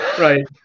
Right